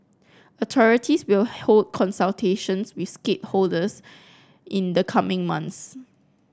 authorities will hold consultations with stakeholders in the coming months